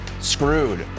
screwed